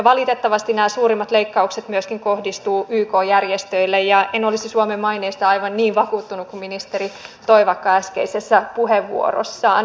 valitettavasti nämä suurimmat leikkaukset myöskin kohdistuvat yk järjestöille ja en olisi suomen maineesta aivan niin vakuuttunut kuin ministeri toivakka äskeisessä puheenvuorossaan